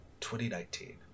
2019